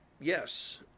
yes